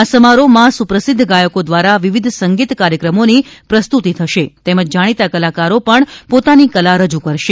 આ સમારોહમાં સુપ્રસિધ્ધ ગાયકો દ્વારા વિવિધ સંગીત કાર્યક્રમોની પ્રસ્તુતિ થશે તેમજ જાણીતા કલાકારો પણ પોતાની કલા રજૂ કરશે